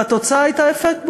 והתוצאה הייתה אפקט בומרנג,